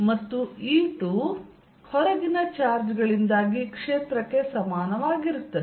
ಮತ್ತು E2 ಹೊರಗಿನ charge ಗಳಿಂದಾಗಿ ಕ್ಷೇತ್ರಕ್ಕೆ ಸಮಾನವಾಗಿರುತ್ತದೆ